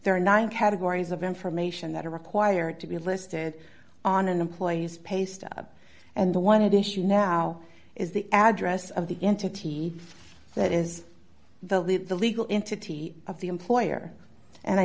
are nine categories of information that are required to be listed on an employee's pay stub and the one id issue now is the address of the entity that is the legal entity of the employer and i